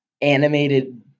animated